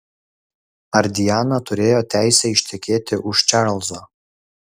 ar diana turėjo teisę ištekėti už čarlzo